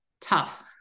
tough